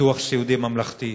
ביטוח סיעודי ממלכתי.